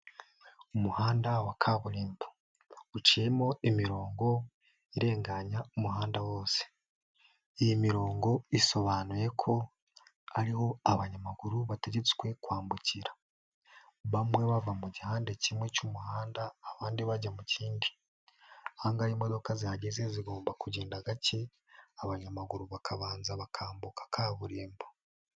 Umuhanda wa kaburimbo, uciyemo imirongo irenganya umuhanda wose, iyi mirongo isobanuye ko ari ho abanyamaguru bategetswe kwambukira, bamwe bava mu gihande kimwe cy'umuhanda abandi bajya mu kindi, aha ngaha imodoka zihageze zigomba kugenda gake abanyamaguru bakabanza bakambuka kaburimbo.